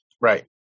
right